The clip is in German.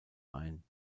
ein